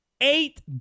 eight